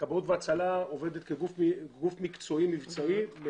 כבאות והצלה עובדת כגוף מקצועי מבצעי.